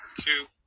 Two